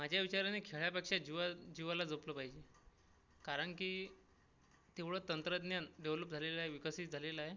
माझ्या विचारानी खेळापेक्षा जीवा जीवाला जपलं पाहिजे कारण की तेवढं तंत्रज्ञान डेवलप झालेलं आहे विकसित झालेलं आहे